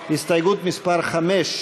ועל הסתייגות מס' 5,